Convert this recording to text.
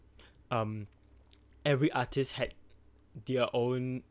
um every artist had their own